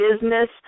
business